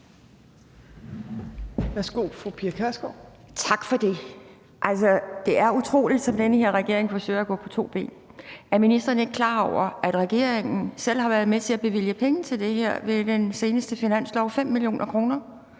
Kl. 15:44 Pia Kjærsgaard (DF): Tak for det. Altså, det er utroligt, som den her regering forsøger at gå på to ben. Er ministeren ikke klar over, at regeringen selv har været med til at bevilge penge til det her i den seneste finanslov? 5 mio. kr.